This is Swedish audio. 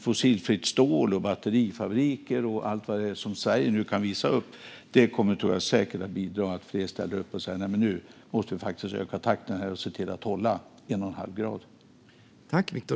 Fossilfritt stål, batterifabriker och allt annat som Sverige nu kan visa upp tror jag säkert kommer att bidra till att fler ställer upp och säger: Nu måste vi faktiskt öka takten här och se till att hålla 1,5 grader.